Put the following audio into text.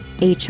HR